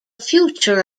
future